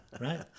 Right